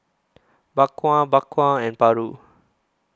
Bak Kwa Bak Kwa and Paru